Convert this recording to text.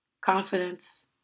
confidence